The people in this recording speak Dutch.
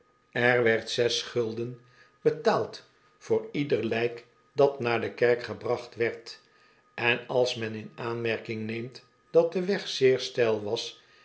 er werd zes gulden betaald voor ieder lijk dat naar de kerk gebracht werd en als nien in aanmerking neemt dat de weg zeer steil was